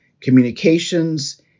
communications